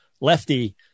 Lefty